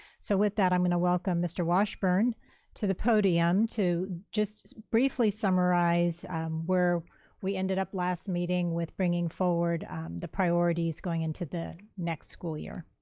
so with that, i'm gonna welcome mr. washburn to the podium to just briefly summarize where we ended up last meeting with bringing forward the priorities going into the next school year.